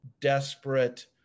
desperate